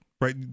right